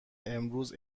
امروز